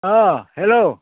hello